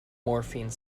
morphine